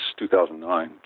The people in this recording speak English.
2009